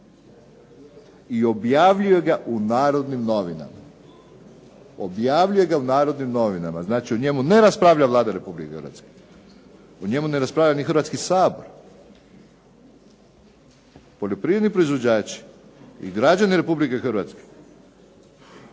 izrađuje ga Ministarstvo i objavljuje ga u Narodnim novinama, znači o njemu ne raspravlja Vlada Republike Hrvatske, o njemu ne raspravlja ni Hrvatski sabor. Poljoprivredni proizvođači i građani Republike Hrvatske